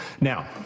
Now